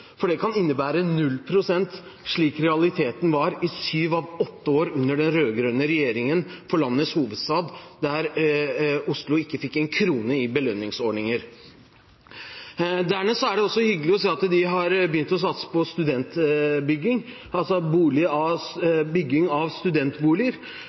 for det kan innebære 0 pst., slik realiteten var for landets hovedstad i sju av åtte år under den rød-grønne regjeringen, da Oslo ikke fikk en krone fra belønningsordningen. Dernest er det også hyggelig å se at de har begynt å satse på bygging av